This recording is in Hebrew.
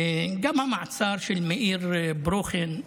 גם המעצר של מאיר ברוכין,